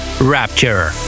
Rapture